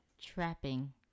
Trapping